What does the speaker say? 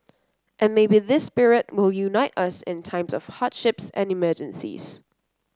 and maybe this spirit will unite us in times of hardships and emergencies